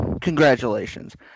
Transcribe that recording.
Congratulations